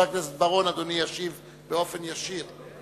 הכנסת בר-און אדוני ישיב באופן ישיר.